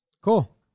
Cool